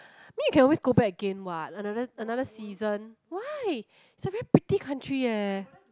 mean you can always go back again what another another season why it's a very pretty country leh